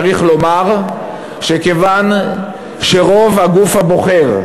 צריך לומר שכיוון שרוב הגוף הבוחר,